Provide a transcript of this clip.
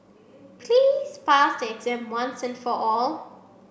please pass the exam once and for all